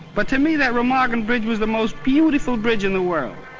but to me that remagen bridge was the most beautiful bridge in the world.